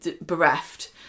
bereft